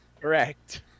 Correct